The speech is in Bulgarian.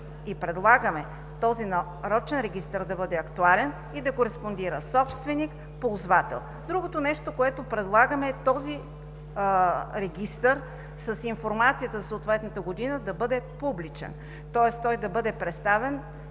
и предлагаме този нарочен регистър да бъде актуален и да кореспондира собственик – ползвател. Другото нещо, което предлагаме, е този регистър с информацията за съответната година да бъде публичен, тоест да бъде представен